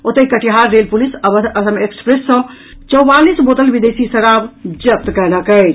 ओतहि Katihar rail police Awadh Assam express train सँ चौवालीस बोतल विदेशी शराब जब्त कयलक अछि